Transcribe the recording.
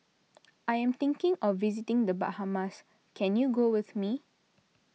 I am thinking of visiting the Bahamas can you go with me